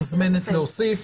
מוזמנת להוסיף.